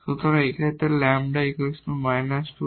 সুতরাং এই ক্ষেত্রে এই λ −2